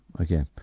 okay